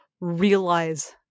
realize